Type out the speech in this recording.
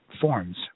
forms